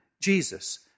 Jesus